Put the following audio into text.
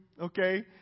Okay